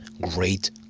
great